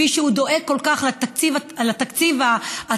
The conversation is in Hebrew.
כפי שהוא דואג כל כך לתקציב הציבורי,